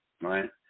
right